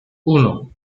uno